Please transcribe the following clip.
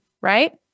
right